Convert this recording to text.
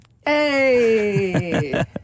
hey